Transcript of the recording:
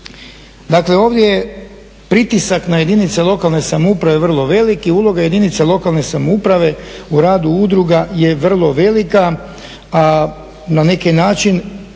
Dakle, ovdje je pritisak na jedinice lokalne samouprave vrlo velik i uloga jedinica lokalne samouprave u radu udruga je vrlo velika, a na neki način,